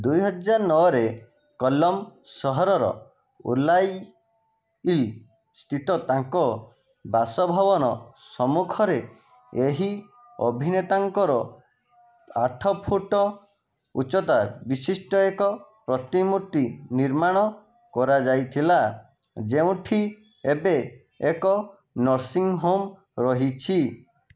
ଦୁଇ ହଜାର ନଅରେ କଲ୍ଲମ୍ ସହରର ଓଲାୟିଲ୍ ସ୍ଥିତ ତାଙ୍କ ବାସଭବନ ସମ୍ମୁଖରେ ଏହି ଅଭିନେତାଙ୍କର ଆଠ ଫୁଟ ଉଚ୍ଚତା ବିଶିଷ୍ଟ ଏକ ପ୍ରତିମୂର୍ତ୍ତି ନିର୍ମାଣ କରାଯାଇଥିଲା ଯେଉଁଠି ଏବେ ଏକ ନର୍ସିଂ ହୋମ୍ ରହିଛି